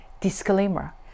Disclaimer